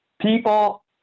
people